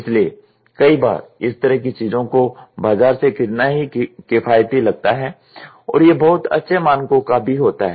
इसलिए कई बार इस तरह की चीजों को बाजार से खरीदना ही किफायती लगता है और यह बहुत अच्छे मानकों का भी होता है